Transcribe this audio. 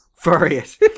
furious